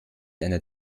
einer